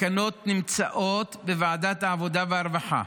התקנות נמצאות בוועדת העבודה והרווחה,